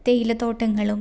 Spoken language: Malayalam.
തേയില തോട്ടങ്ങളും